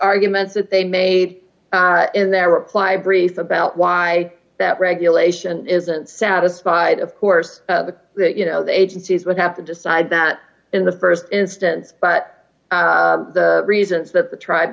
arguments that they made in their reply brief about why that regulation isn't satisfied of course the you know the agencies would have to decide that in the st instance but the reasons that the tribe